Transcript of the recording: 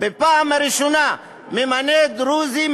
ופעם ראשונה ממנה דרוזי,